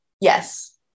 Yes